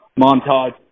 montage